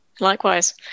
Likewise